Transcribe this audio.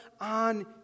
on